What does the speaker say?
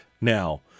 Now